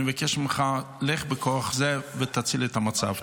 אני מבקש ממך, לך בכוח זה ותציל את המצב.